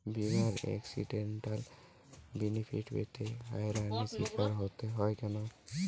বিমার accidental benefit পেতে হয়রানির স্বীকার হতে হয় কেন?